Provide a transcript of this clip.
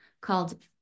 called